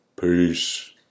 Peace